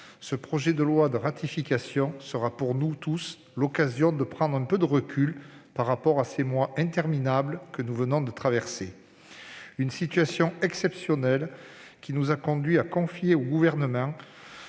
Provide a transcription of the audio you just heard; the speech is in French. ce projet de loi de ratification est, pour nous tous, l'occasion de prendre un peu de recul par rapport aux mois interminables que nous venons de traverser. Cette situation exceptionnelle nous a conduits à confier au Gouvernement,